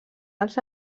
dels